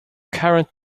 current